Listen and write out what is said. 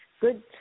good